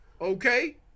Okay